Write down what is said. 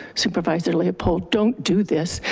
supervisor leopold, don't do this.